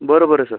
बरं बरं सर